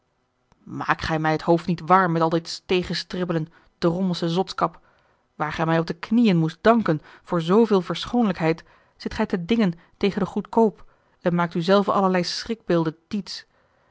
maak gij mij het hoofd niet warm met al dit tegenstribbelen drommelsche zotskap waar gij mij op de knieën moest danken voor zooveel verschoonlijkheid zit gij te dingen tegen den goedkoop en maakt u zelven allerlei schrikbeelden diets